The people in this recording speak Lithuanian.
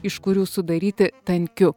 iš kurių sudaryti tankiu